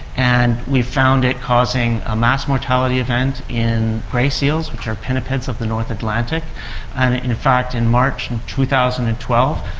and we've found it causing a mass mortality event in grey seals which are pinnipeds of the north atlantic. and in fact in march two thousand and twelve,